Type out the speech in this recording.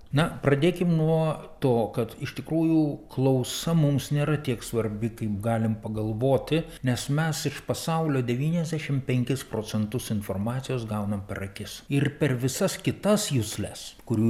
na pradėkim nuo to kad iš tikrųjų klausa mums nėra tiek svarbi kaip galim pagalvoti nes mes iš pasaulio devyniasdešimt penkis procentus informacijos gaunam per akis ir per visas kitas jusles kurių